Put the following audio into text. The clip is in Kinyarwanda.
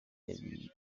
yari